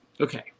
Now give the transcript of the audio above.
Okay